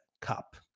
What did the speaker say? Cup